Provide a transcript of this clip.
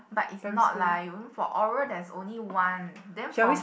but it's not lah you know for oral there's only one then from